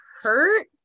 hurt